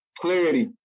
Clarity